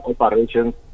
operations